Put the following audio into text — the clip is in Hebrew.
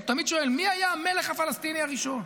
אני תמיד שואל: מי היה המלך הפלסטיני הראשון?